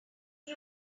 was